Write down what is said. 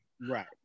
right